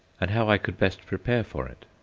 and how i could best prepare for it.